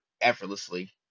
effortlessly